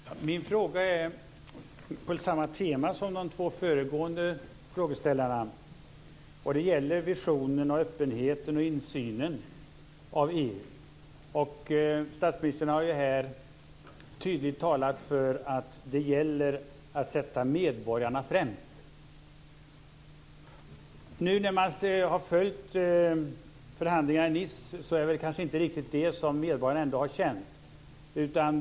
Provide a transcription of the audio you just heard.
Fru talman! Min fråga är på samma tema som de två föregående frågeställarnas. Det gäller visionen, öppenheten och insynen i EU. Statsministern har ju här tydligt talat för att det gäller att sätta medborgarna främst. Nu är det kanske inte riktigt det som medborgarna har känt när de har följt förhandlingarna i Nice.